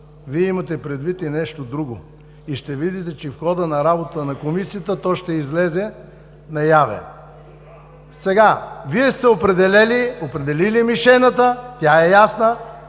Вие имате предвид и нещо друго и ще видите, че в хода на работата на комисията то ще излезе наяве. Сега, Вие сте определили мишената, тя е ясна